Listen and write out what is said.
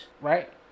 right